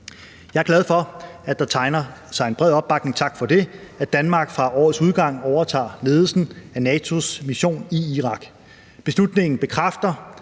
Jeg er glad for, at der tegner sig en bred opbakning – og tak for det – til, at Danmark fra årets udgang overtager ledelsen af NATO's mission i Irak. Beslutningen bekræfter